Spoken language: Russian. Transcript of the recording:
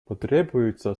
потребуется